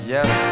Yes